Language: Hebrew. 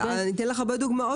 אני אתן לך הרבה דוגמאות